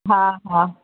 हा हा